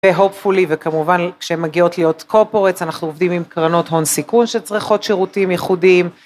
ו- hopefully וכמובן כשהן מגיעות להיות corporates אנחנו עובדים עם קרנות הון סיכון שצריכות שירותים ייחודיים